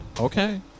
Okay